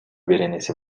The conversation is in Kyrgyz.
беренеси